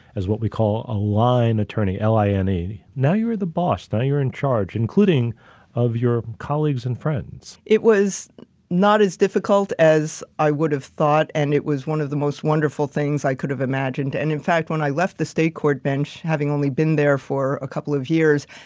as what we call a line attorney l i n e now you're the boss. now you're in charge including of your colleagues and friends. it was not as difficult as i would have thought. and it was one of the most wonderful things i could have imagined. and in fact, when i left the state court bench having only been there for a couple of years,